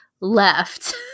left